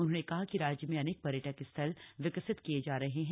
उन्होंने कहा कि राज्य में अनेक पर्यटक स्थल विकसित किये जा रहे हैं